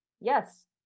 Yes